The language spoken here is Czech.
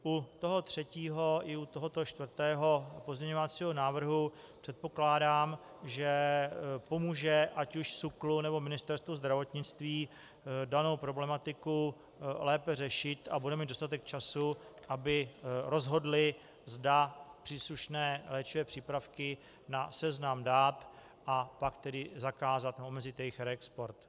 U toho třetího i u tohoto čtvrtého pozměňovacího návrhu předpokládám, že pomůže ať už SÚKLu, nebo Ministerstvu zdravotnictví danou problematiku lépe řešit a budou mít dostatek času, aby rozhodly, zda příslušné léčivé přípravky na seznam dát, a pak tedy zakázat a omezit jejich reexport.